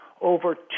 over